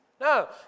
No